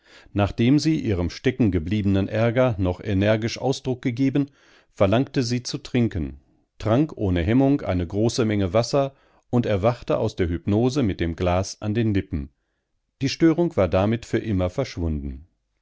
nachdem sie ihrem steckengebliebenen ärger noch energisch ausdruck gegeben verlangte sie zu trinken trank ohne hemmung eine große menge wasser und erwachte aus der hypnose mit dem glas an den lippen die störung war damit für immer verschwunden